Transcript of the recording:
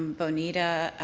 bonita